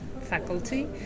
faculty